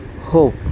hope